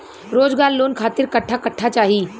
रोजगार लोन खातिर कट्ठा कट्ठा चाहीं?